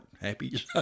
happy